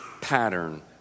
pattern